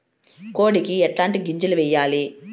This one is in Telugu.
కోడికి ఎట్లాంటి గింజలు వేయాలి?